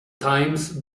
times